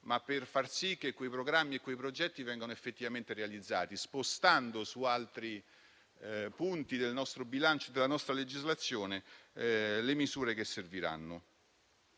ma per far sì che quei programmi e quei progetti vengano effettivamente realizzati, spostando su altri punti del nostro bilancio e della nostra legislazione le misure che serviranno.